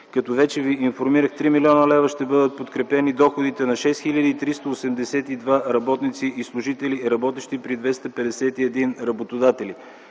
44. Вече ви информирах, че с 3 млн. лв. ще бъдат подкрепени доходите на 6382 работници и служители, работещи при 251 работодатели.